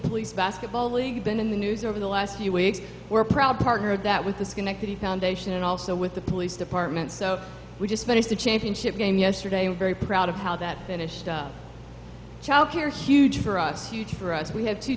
please basketball league been in the news over the last few weeks we're proud partner of that with the schenectady foundation and also with the police department so we just finished the championship game yesterday and very proud of how that finished up childcare huge for us huge for us we have to